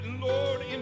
Lord